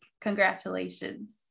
congratulations